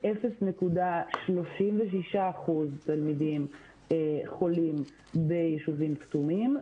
0.36% תלמידים חולים ביישובים כתומים,